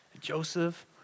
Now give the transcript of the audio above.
Joseph